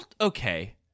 Okay